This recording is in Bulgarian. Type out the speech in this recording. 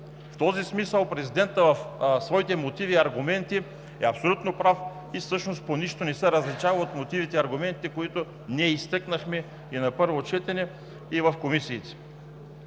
В този смисъл президентът в своите мотиви и аргументи е абсолютно прав и всъщност по нищо не се различава от мотивите и аргументите, които ние изтъкнахме и на първо четене, и в комисиите.